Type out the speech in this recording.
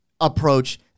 approach